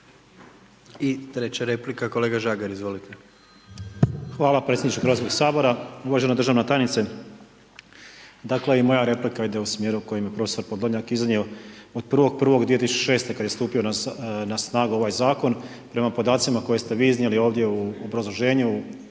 I treća replika kolega Žagar, izvolite. **Žagar, Tomislav (Nezavisni)** Hvala predsjedniče Hrvatskog sabora. Uvažena državna tajnice, dakle i moja replika ide u smjeru u kojoj je prof. Podolnjak iznio, od 1.1.2006. ka d je stupio na snagu ovaj zakon prema podacima koje ste vi iznijeli ovdje u obrazloženju,